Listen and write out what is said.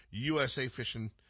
USAfishing